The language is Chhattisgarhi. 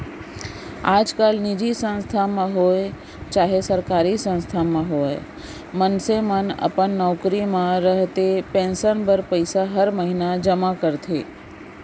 आजकाल निजी संस्था म होवय चाहे सरकारी संस्था म होवय मनसे मन अपन नौकरी म रहते पेंसन बर पइसा हर महिना जमा करथे